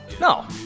No